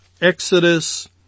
Exodus